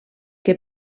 que